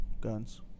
Guns